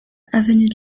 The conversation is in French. avenue